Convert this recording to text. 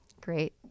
Great